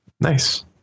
Nice